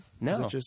No